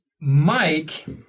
Mike